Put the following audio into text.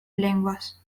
lenguas